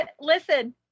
listen